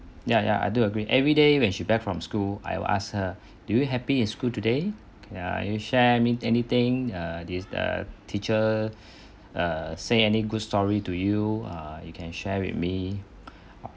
ya ya I do agree everyday when she back from school I will ask her do you happy in school today ya you share any anything uh this the teacher uh say any good story to you ah you can share with me